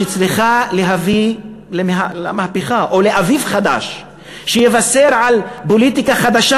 שצריכה להביא למהפכה או לאביב חדש שיבשר על פוליטיקה חדשה,